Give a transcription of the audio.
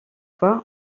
fois